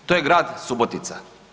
To je grad Subotica.